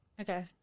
Okay